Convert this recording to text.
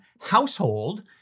household